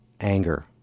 anger